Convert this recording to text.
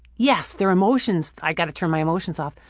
yes, there are emotions, i've gotta turn my emotions off,